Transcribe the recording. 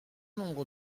nombre